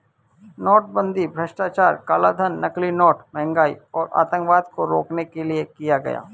नोटबंदी भ्रष्टाचार, कालाधन, नकली नोट, महंगाई और आतंकवाद को रोकने के लिए किया गया